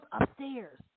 upstairs